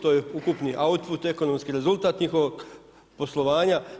To je ukupni output, ekonomski rezultat njihovog poslovanja.